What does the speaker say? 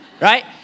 right